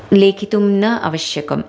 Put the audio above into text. लिखितुं न आवश्यकम्